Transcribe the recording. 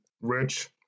Rich